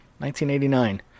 1989